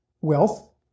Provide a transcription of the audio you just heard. wealth